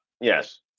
Yes